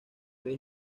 vez